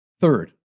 Third